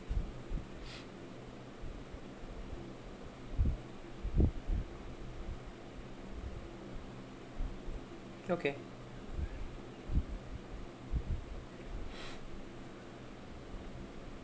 okay